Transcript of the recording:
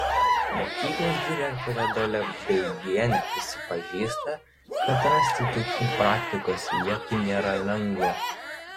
mokyklos direktorė dalia beigienė prisipažįsta kad rasti tokių praktikos vietų nėra lengva